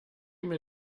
mir